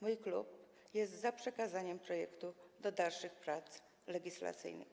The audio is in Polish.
Mój klub jest za przekazaniem projektu do dalszych prac legislacyjnych.